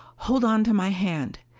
hold on to my hand.